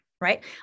Right